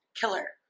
killer